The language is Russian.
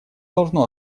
должно